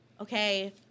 okay